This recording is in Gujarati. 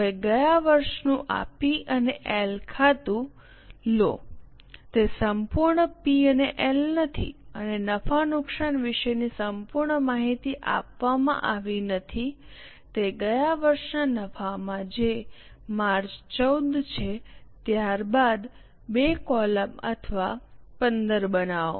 હવે ગયા વર્ષનું આ પી અને એલ ખાતું P L Account લો તે સંપૂર્ણ પી અને એલ નથી અને નફા નુકસાન વિશેની સંપૂર્ણ માહિતી આપવામાં આવી નથી તે ગયા વર્ષના નફામાં જે માર્ચ 14 છે ત્યારબાદ બે કોલમ અથવા 15 બનાવો